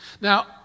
Now